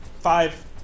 five